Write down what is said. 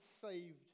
saved